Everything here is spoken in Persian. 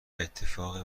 اتفاق